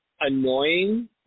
annoying